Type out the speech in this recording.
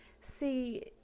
See